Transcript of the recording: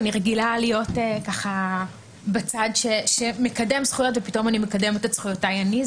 אני רגילה להיות בצד שמקדם זכויות ופתאום אני מקדמת את זכויותיי אני.